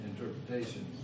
interpretations